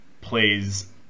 plays